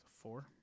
Four